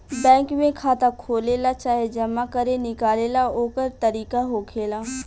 bank में खाता खोलेला चाहे जमा करे निकाले ला ओकर तरीका होखेला